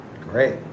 great